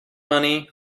money